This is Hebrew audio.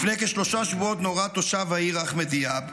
לפי כשלושה שבועות נורה תושב העיר אחמד ד'יאב,